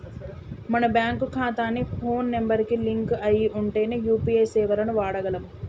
మన బ్యేంకు ఖాతాకి phone number కి లింక్ అయ్యి ఉంటేనే యూ.పీ.ఐ సేవలను వాడగలం